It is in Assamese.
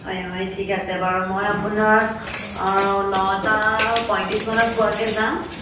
হয় হয় ঠিক আছে বাৰু মই আপোনাৰ নটা পঁয়ত্ৰিছ মানত পোৱাকে যাম